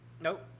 nope